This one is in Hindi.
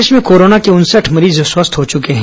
प्रदेश में कोरोना के उनसठ मरीज स्वस्थ हो चुके हैं